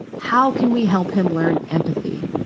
how can we help him learn empathy?